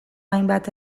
hainbat